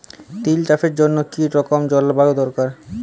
তিল চাষের জন্য কি রকম জলবায়ু দরকার?